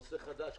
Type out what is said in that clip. נושא חדש.